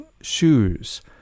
shoes